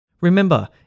Remember